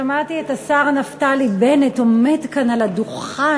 שמעתי את השר נפתלי בנט עומד כאן על הדוכן